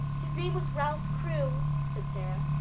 his name was ralph crewe, said sara.